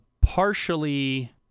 partially